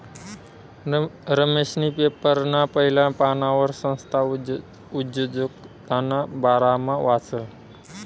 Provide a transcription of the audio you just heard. रमेशनी पेपरना पहिला पानवर संस्था उद्योजकताना बारामा वाचं